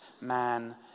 man